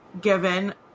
given